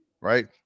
right